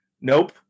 Nope